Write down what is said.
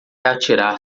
atirar